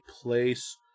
place